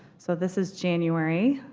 so this is january.